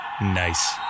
Nice